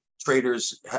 traders